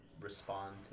respond